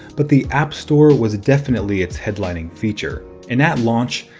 but the app store was definitely its headlining feature. and at launch,